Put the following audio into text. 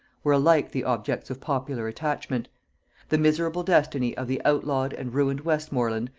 were alike the objects of popular attachment the miserable destiny of the outlawed and ruined westmorland,